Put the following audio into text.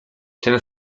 ten